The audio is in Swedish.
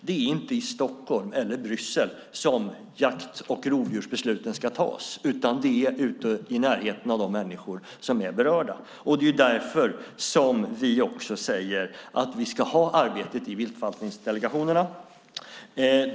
Det är inte i Stockholm eller Bryssel som jakt och rovdjursbesluten ska fattas utan i närheten av de människor som är berörda. Det är därför som vi säger att vi ska ha arbetet i viltförvaltningsdelegationerna.